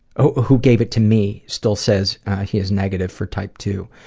ah who gave it to me still says he is negative for type two.